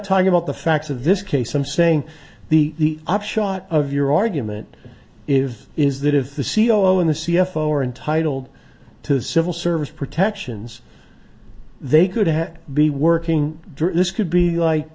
talking about the facts of this case i'm saying the upshot of your argument if is that if the c e o in the c f o are entitled to civil service protections they could have be working during this could be like